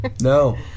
No